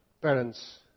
parents